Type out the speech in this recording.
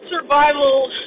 Survival